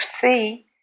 see